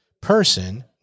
person